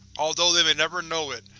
although they may never know it,